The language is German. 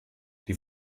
die